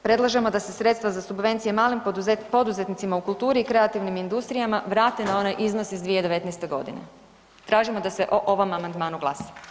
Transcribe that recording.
Predlažemo da se sredstva za subvencije malim poduzetnicima u kulturi i kreativnim industrijama vrate na onaj iznos iz 2019. g. Tražimo da se o ovom amandmanu glasa.